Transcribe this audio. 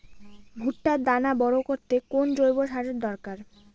ভুট্টার দানা বড় করতে কোন জৈব সারের দরকার?